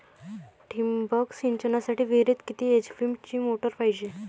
ठिबक सिंचनासाठी विहिरीत किती एच.पी ची मोटार पायजे?